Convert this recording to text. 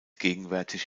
gegenwärtig